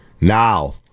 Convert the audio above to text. Now